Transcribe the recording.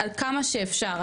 על כמה שאפשר.